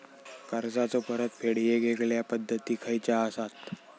कर्जाचो परतफेड येगयेगल्या पद्धती खयच्या असात?